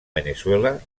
veneçuela